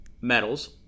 metals